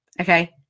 Okay